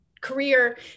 career